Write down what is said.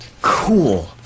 cool